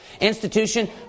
institution